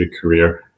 career